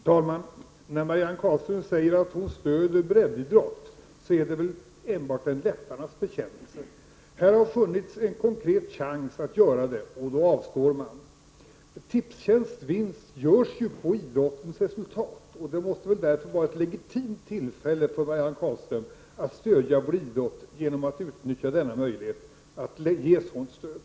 Herr talman! När Marianne Carlström säger att hon stöder breddidrotten är det väl enbart en läpparnas bekännelse. När det här har funnits en konkret chans att göra detta, avstår man. Tipstjänsts vinst görs på idrottens resultat, och det måste väl därför vara ett legitimt tillfälle för Marianne Carlström att utnyttja denna möjlighet att stödja vår idrott.